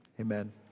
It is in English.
Amen